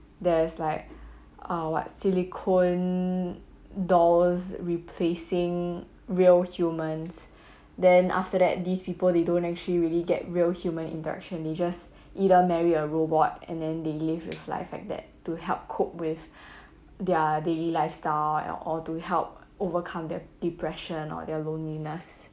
there's like uh what silicone dolls replacing real humans then after that these people they don't actually really get real human interaction they just either marry a robot and then they live with life like that to help cope with their daily lifestyle at all to help overcome their depression or their loneliness